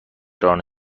ران